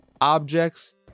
objects